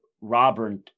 Robert